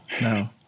no